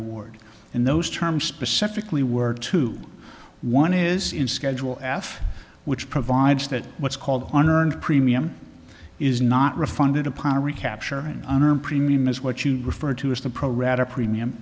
award in those terms specifically were two one is in schedule af which provides that what's called an earned premium is not refunded upon recapture and honor premium is what you refer to as the pro rata premium